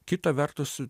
kita vertus